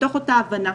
מתוך אותה הבנה,